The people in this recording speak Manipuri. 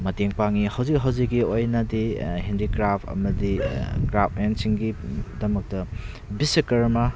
ꯃꯇꯦꯡ ꯄꯥꯡꯉꯤ ꯍꯧꯖꯤꯛ ꯍꯧꯖꯤꯛꯀꯤ ꯑꯣꯏꯅꯗꯤ ꯍꯦꯟꯗꯤꯀ꯭ꯔꯥꯐ ꯑꯃꯗꯤ ꯀ꯭ꯔꯥꯐꯃꯦꯟꯁꯤꯡꯒꯤ ꯗꯃꯛꯇ ꯕꯤꯁꯥ ꯀꯔꯃꯥ